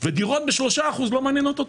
ודירות ב-3 אחוז לא מעניינות אותו